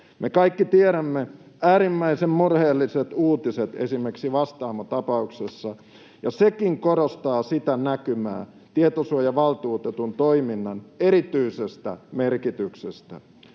Me kaikki tiedämme äärimmäisen murheelliset uutiset esimerkiksi Vastaamon tapauksessa, ja sekin korostaa näkymää tietosuojavaltuutetun toiminnan erityisestä merkityksestä.